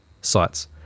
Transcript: sites